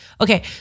okay